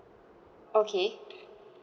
okay